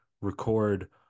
record